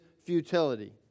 futility